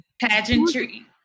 pageantry